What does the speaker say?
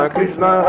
Krishna